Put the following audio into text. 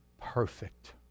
perfect